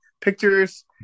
pictures